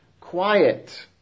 quiet